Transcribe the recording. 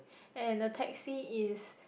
and the Taxi is